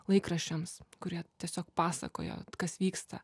laikraščiams kurie tiesiog pasakojo kas vyksta